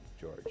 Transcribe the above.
George